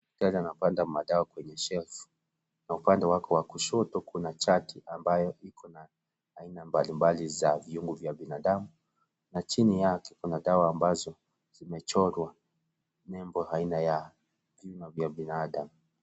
Daktari anapanga madawa kwenye shelfu na upande wa kushoto kuna chati ambayo iko na aina mbalimbali za viungo vya binadamu na chini yake kuna dawa ambazo zimechorwa nembo aina ya vyungo vya binadamu.